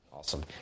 Awesome